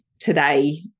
today